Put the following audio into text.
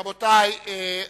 רבותי,